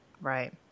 right